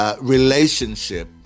relationship